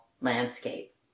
landscape